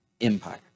Empire